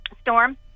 storm